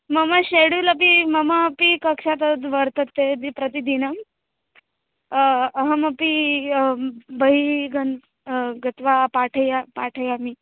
मम शेडूलपि ममापि कक्षा तद् वर्तते यदि प्रतिदिनं अहमपि बहिः गन् गत्वा पाठय पाठयामि